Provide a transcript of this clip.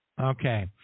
Okay